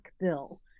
bill